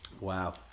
Wow